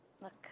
Look